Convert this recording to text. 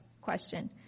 question